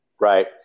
Right